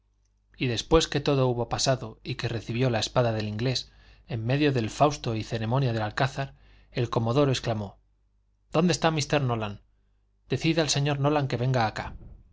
y después que todo hubo pasado y que recibió la espada del inglés en medio del fausto y ceremonia del alcázar el comodoro exclamó dónde está mr nolan decid al señor nolan que venga acá